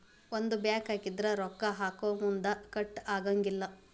ಒಂದ ಬ್ಯಾಂಕ್ ಆಗಿದ್ರ ರೊಕ್ಕಾ ಹಾಕೊಮುನ್ದಾ ಕಟ್ ಆಗಂಗಿಲ್ಲಾ